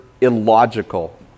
illogical